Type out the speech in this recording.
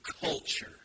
culture